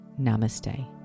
Namaste